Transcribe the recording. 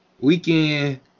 Weekend